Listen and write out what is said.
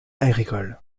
agricole